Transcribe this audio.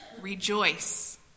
Rejoice